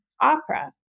Opera